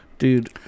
Dude